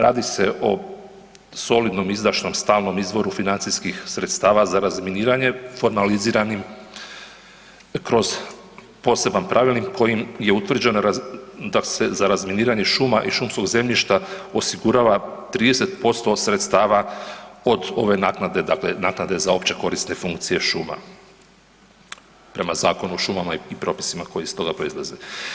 Radi se o solidnom, izdašnom, stalnom izvoru financijskih sredstava za razminiranje, formaliziranim kroz poseban pravilnik kojim je utvrđeno da se razminiranje šuma i šumskog zemljišta osigurava 30% od sredstava od ove naknade dakle naknade za OKFŠ-a prema Zakonu o šumama i propisima koji iz toga proizlaze.